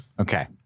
Okay